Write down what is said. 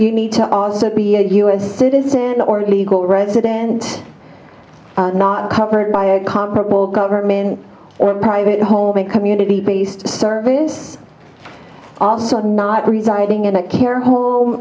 you need to also be a us citizen or legal resident not covered by a comparable government or a private home a community based service also not residing in a care home